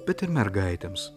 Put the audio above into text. bet ir mergaitėms